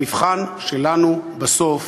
המבחן שלנו בסוף